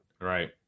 right